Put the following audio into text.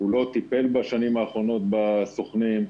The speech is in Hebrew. הוא לא טיפל בשנים האחרונות בסוכנים.